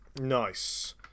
Nice